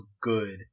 good